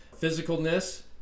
physicalness